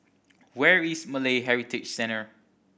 where is Malay Heritage Centre